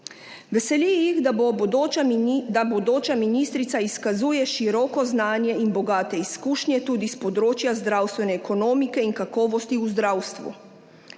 da bodoča, da bodoča ministrica izkazuje široko znanje in bogate izkušnje tudi s področja zdravstvene ekonomike in kakovosti v zdravstvu.